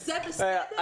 זה בסדר?